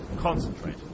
Concentrate